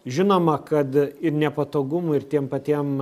žinoma kad ir nepatogumų ir tiem patiem